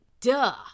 duh